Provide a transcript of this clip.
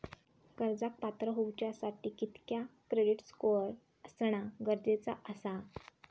कर्जाक पात्र होवच्यासाठी कितक्या क्रेडिट स्कोअर असणा गरजेचा आसा?